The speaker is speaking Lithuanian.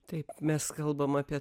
taip mes kalbam apie